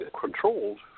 controlled